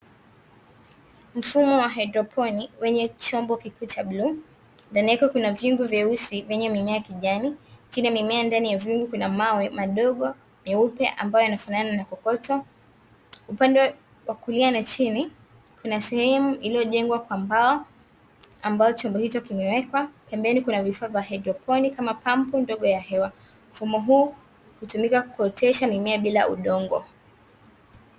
Mfumo wa haidroponi wenye chombo kikubwa cha bluu. Ndani yake kuna vyungu vyeusi yenye mimea kijani. Chini ya mimea ndani ya vyungu kuna mawe madogo meupe ambayo yanafananana na kokoto. Upande wa kulia na chini, kuna sehemu iliyojengwa kwa mbao ambayo chombo hicho kimewekwa. Pembeni kuna vifaa vya haidroponi kama pampu ndogo ya hewa. Mfumo huu hutumika kuotesha mimea bila udongo.